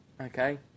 Okay